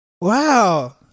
Wow